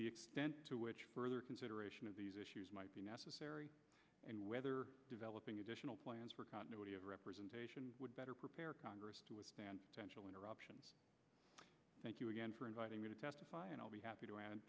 the extent to which further consideration of these issues might be necessary and whether developing additional plans for continuity of representation would better prepare congress to withstand general interruptions thank you again for inviting me to testify and i'll be happy to a